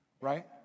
right